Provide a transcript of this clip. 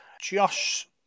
Josh